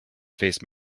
face